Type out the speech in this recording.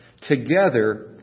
Together